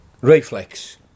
reflex